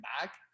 back